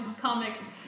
comics